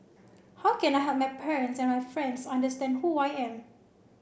how can I help my parents and my friends understand who I am